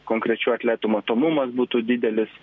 konkrečių atletų matomumas būtų didelis